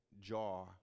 jar